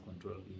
control